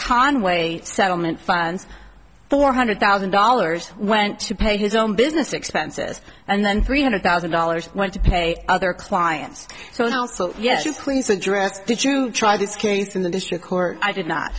conway settlement funds four hundred thousand dollars went to pay his own business expenses and then three hundred thousand dollars went to pay other clients so also yes you please address did you try this case in the district court i did not